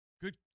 good